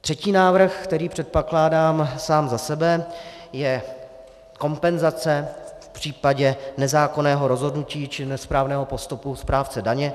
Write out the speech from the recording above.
Třetí návrh, který předkládám sám za sebe, je kompenzace v případě nezákonného rozhodnutí či nesprávného postupu správce daně.